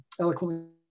eloquently